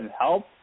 help